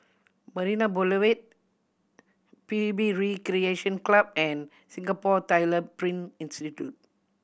Marina Boulevard P U B Recreation Club and Singapore Tyler Print Institute